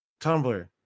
Tumblr